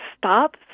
stop